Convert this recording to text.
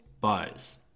buys